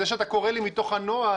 זה שאתה קורא לי מתוך הנוהל,